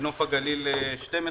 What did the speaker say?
בנוף הגליל 12,